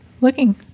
looking